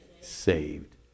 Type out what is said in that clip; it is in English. saved